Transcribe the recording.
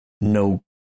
no